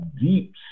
deep